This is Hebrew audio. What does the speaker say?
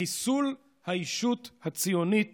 חיסול הישות הציונית